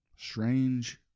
Strange